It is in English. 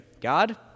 god